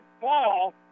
fall